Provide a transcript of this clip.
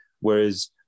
whereas